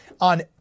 on